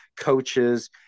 coaches